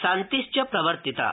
शान्तिश्च प्रवर्तिता